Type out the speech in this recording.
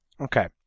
okay